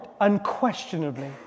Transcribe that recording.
unquestionably